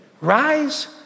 rise